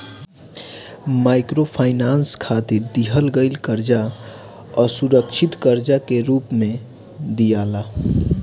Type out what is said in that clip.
microfinance खातिर दिहल गईल कर्जा असुरक्षित कर्जा के रूप में दियाला